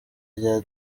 rya